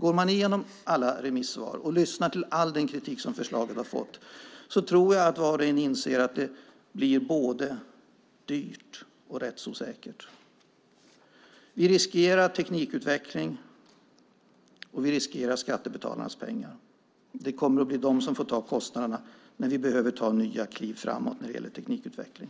Går man igenom alla remissvar och lyssnar till all den kritik som förslaget har fått tror jag att var och en inser att det blir både dyrt och rättsosäkert. Vi riskerar teknikutveckling, och vi riskerar skattebetalarnas pengar. Det kommer att bli de som får ta kostnaderna när vi behöver ta nya kliv framåt när det gäller teknikutveckling.